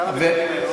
כמה מקבלים היום?